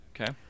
Okay